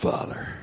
Father